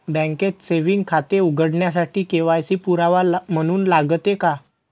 बँकेत सेविंग खाते उघडण्यासाठी के.वाय.सी पुरावा म्हणून लागते का?